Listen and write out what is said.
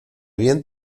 bien